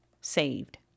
saved